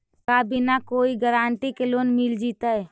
का बिना कोई गारंटी के लोन मिल जीईतै?